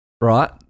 right